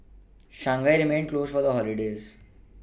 Shanghai remained closed for the holidays